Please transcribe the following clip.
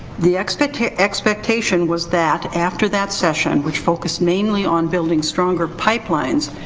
the expectation expectation was that, after that session, which focused mainly on building stronger pipelines,